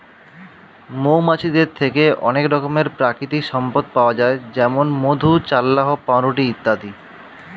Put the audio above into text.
মৌমাছিদের থেকে অনেক রকমের প্রাকৃতিক সম্পদ পাওয়া যায় যেমন মধু, চাল্লাহ্ পাউরুটি ইত্যাদি